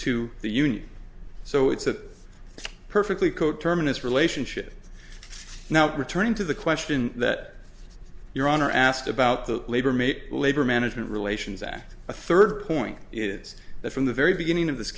to the union so it's a perfectly coterminous relationship now returning to the question that your honor asked about the labor mate labor management relations act a third point is that from the very beginning of this